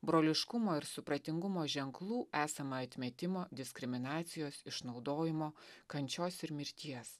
broliškumo ir supratingumo ženklų esama atmetimo diskriminacijos išnaudojimo kančios ir mirties